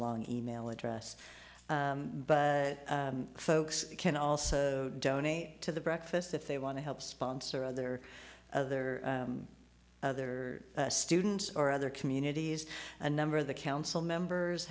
long email address but folks can also donate to the breakfast if they want to help sponsor other other other students or other communities a number of the council members